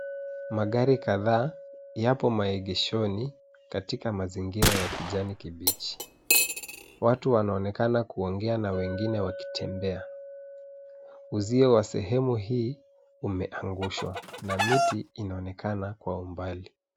Magari kadhaa yapo maegeshoni katika mazingira ya kijani kibichi. Watu wanaonekana kuongea na wengine wakitembea. Uzio wa sehemu hii umeangushwa na miti inaonekana kwa umbali.